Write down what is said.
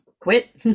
quit